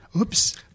Oops